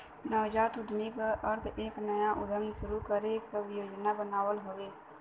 नवजात उद्यमी क अर्थ एक नया उद्यम शुरू करे क योजना बनावल हउवे